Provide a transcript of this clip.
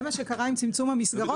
זה מה שקרה עם צמצום המסגרות,